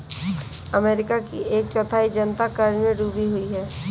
America की एक चौथाई जनता क़र्ज़ में डूबी हुई है